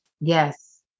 Yes